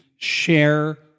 share